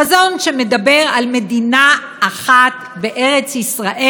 חזון שמדבר על מדינה אחת בארץ ישראל,